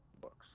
books